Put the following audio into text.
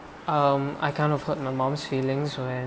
um I kind of hurt my mum's feelings when